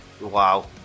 wow